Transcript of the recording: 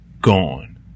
gone